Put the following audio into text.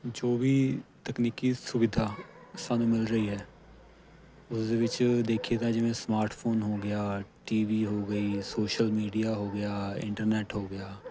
ਜੋ ਵੀ ਤਕਨੀਕੀ ਸੁਵਿਧਾ ਸਾਨੂੰ ਮਿਲ ਰਹੀ ਹੈ ਉਸ ਦੇ ਵਿੱਚ ਦੇਖੀਏ ਤਾਂ ਜਿਵੇਂ ਸਮਾਰਟਫੂਨ ਹੋ ਗਿਆ ਟੀ ਵੀ ਹੋ ਗਈ ਸੋਸ਼ਲ ਮੀਡੀਆ ਹੋ ਗਿਆ ਇੰਟਰਨੈਟ ਹੋ ਗਿਆ